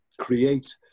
create